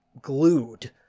glued